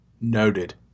Noted